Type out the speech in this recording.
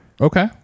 Okay